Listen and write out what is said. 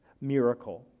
miracle